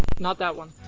not that one,